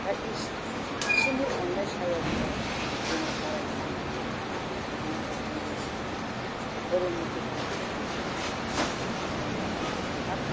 दा इसोरनि अन्नाय साया जोंसो जोङो अराय सान्ति जायो दा बेनि थाखायनो जोङो धोरोम निति खान्थि बिथि लानानै जों इसोर खुलुमनाया जों गोनांथार